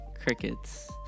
Crickets